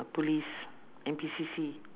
police N_P_C_C